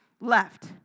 left